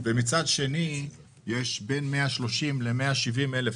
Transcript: ומצד שני יש בין 130,000 ל-170,000,